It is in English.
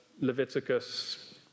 Leviticus